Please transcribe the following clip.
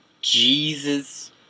Jesus